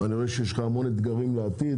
אני רואה שיש לך הרבה אתגרים בעתיד,